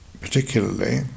particularly